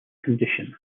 condition